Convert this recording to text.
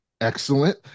excellent